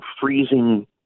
freezing